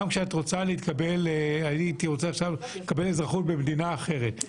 שאם הייתי רוצה לקבל עכשיו אזרחות במדינה אחרת,